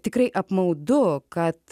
tikrai apmaudu kad